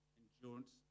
endurance